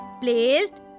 placed